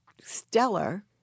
stellar